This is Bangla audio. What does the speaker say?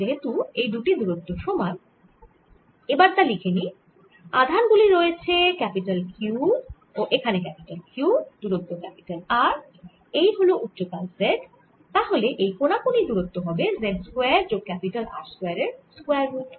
যেহেতু এই দুটি দূরত্ব সমান এবার তা লিখে নিই আধান গুলি রয়েছে এখানে Q ও এখানে Q দূরত্ব R এই হল উচ্চতা z তাহলে এই কোণাকুণি দূরত্ব হবে z স্কয়ার যোগ R স্কয়ার এর স্কয়ার রুট